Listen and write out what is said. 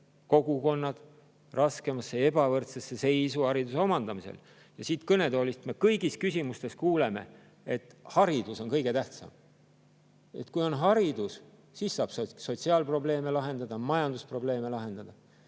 kogukonnad raskemasse ja ebavõrdsesse seisu hariduse omandamisel. Ja siit kõnetoolist me kõigis küsimustes kuuleme, et haridus on kõige tähtsam. Kui on haridus, siis saab sotsiaalprobleeme ja majandusprobleeme lahendada.